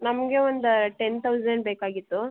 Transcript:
ನಮಗೆ ಒಂದು ten thousand ಬೇಕಾಗಿತ್ತು